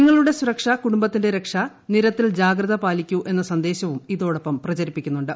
നിങ്ങളുടെ സുരക്ഷ കുടുംബത്തിന്റെ രക്ഷ നിരത്തിൽ ജാഗ്രത പാലിക്കൂ എന്ന സന്ദേശവും ഇതോടൊപ്പം പ്രച രിപ്പിക്കുന്നുണ്ട്